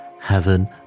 heaven